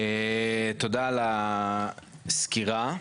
תודה על הסקירה.